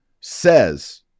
says